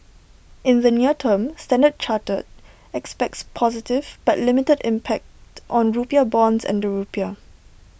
in the near term standard chartered expects positive but limited impact on rupiah bonds and the rupiah